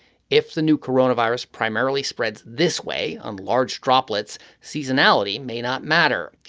if the new coronavirus primarily spreads this way on large droplets seasonality may not matter.